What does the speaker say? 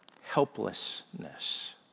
helplessness